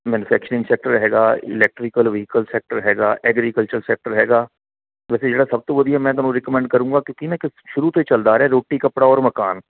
manufacturing sector ਹੈਗਾ electrical vehicle sector ਹੈਗਾ agriculture sector ਹੈਗਾ ਵੈਸੇ ਜਿਹੜਾ ਸਭ ਤੋਂ ਵਧੀਆ ਮੈਂ ਤੁਹਾਨੂੰ ਰਿਕਮੈਂਡ ਕਰੂੰਗਾ ਕਿਉਂਕਿ ਨਾ ਇੱਕ ਸ਼ੁਰੂ ਤੋਂ ਚੱਲਦਾ ਰਿਹਾ ਰੋਟੀ ਕੱਪੜਾ ਔਰ ਮਕਾਨ